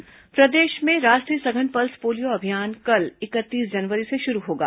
pulse polio अभियान प्रदेस म राष्ट्रीय सघन पल्स पोलियो अभियान काली इकतीस जनवरी ले सुरू होही